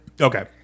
Okay